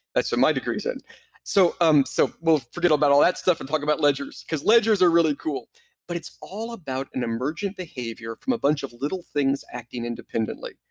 that's what my degree's in so um so we'll forget about all that stuff and talk about ledgers, cause ledgers are really cool but it's all about an emergent behavior from a bunch of little things acting independently.